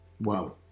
Wow